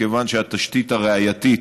מכיוון שהתשתית הראייתית